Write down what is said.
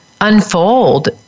unfold